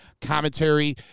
Commentary